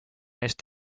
eesti